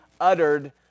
uttered